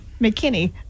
McKinney